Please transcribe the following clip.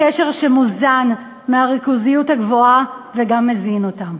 קשר שמוזן מהריכוזיות הגבוהה וגם מזין אותה.